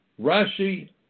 Rashi